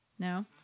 No